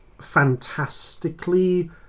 fantastically